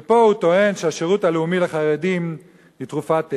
ופה הוא טוען שהשירות הלאומי לחרדים הוא תרופת אליל,